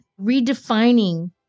redefining